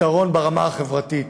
פתרון ברמה החברתית,